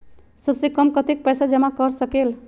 सबसे कम कतेक पैसा जमा कर सकेल?